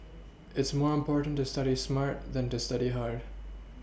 it's more important to study smart than to study hard